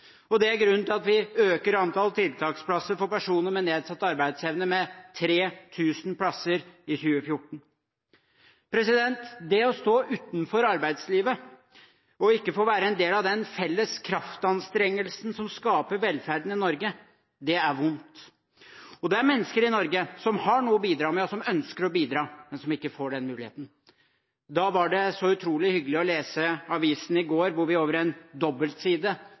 viktig. Det er grunnen til at vi øker antall tiltaksplasser for personer med nedsatt arbeidsevne med 3 000 plasser i 2014. Det å stå utenfor arbeidslivet og ikke få være en del av den felles kraftanstrengelsen som skaper velferden i Norge, er vondt. Det er mennesker i Norge som har noe å bidra med, og som ønsker å bidra, men som ikke får den muligheten. Da var det så utrolig hyggelig å lese avisen i går, hvor vi over en dobbeltside